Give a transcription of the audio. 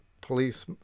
police